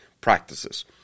practices